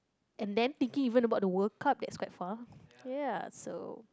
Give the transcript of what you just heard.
and then thinking even about the World Cup that's quite far ya so